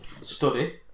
Study